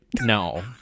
No